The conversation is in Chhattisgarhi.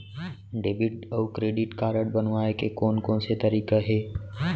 डेबिट अऊ क्रेडिट कारड बनवाए के कोन कोन से तरीका हे?